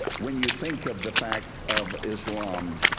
when you think of the fact of islam,